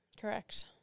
Correct